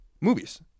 movies